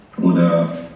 oder